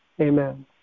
Amen